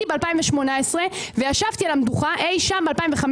ב-2018 וישבתי על המדוכה אי שם ב-2015